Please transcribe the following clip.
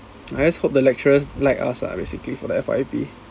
I just hope the lecturers like us lah basically for the F_Y_P